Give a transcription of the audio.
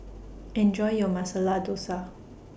Enjoy your Masala Dosa